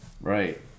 Right